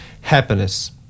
Happiness